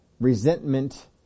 resentment